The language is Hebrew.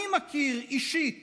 אני מכיר אישית